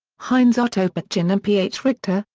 heinz-otto peitgen and p. h. richter,